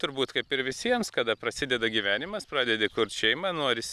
turbūt kaip ir visiems kada prasideda gyvenimas pradedi kurti šeimą norisi